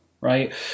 right